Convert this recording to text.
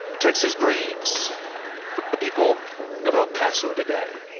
texas grieves people of el paso today